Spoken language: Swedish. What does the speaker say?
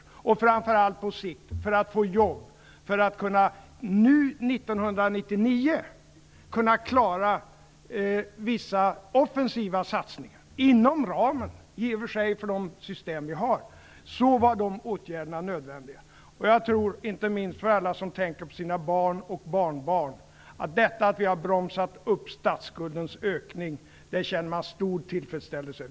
Framför allt var de åtgärderna nödvändiga för att skapa jobb på sikt, för att 1999 kunna klara vissa offensiva satsningar, som i och för sig ligger inom ramen för de system som vi har. Jag tror inte minst att alla de som tänker på sina barn och barnbarn känner stor tillfredsställelse över att vi har bromsat upp statsskuldens ökning.